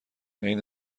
عین